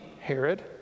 Herod